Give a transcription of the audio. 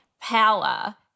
power